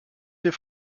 ses